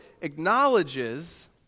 acknowledges